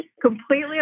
completely